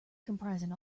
comprising